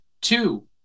Two